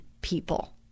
people